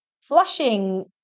Flushing